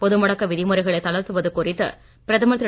பொது முடக்க விதிமுறைகளை தளர்த்துவது குறித்து பிரதமர் திரு